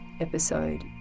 episode